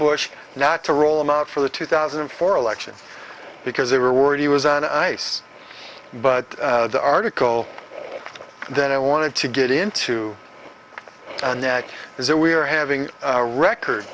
bush now to roll them out for the two thousand and four election because they were worried he was on ice but the article that i wanted to get into and that is that we are having a record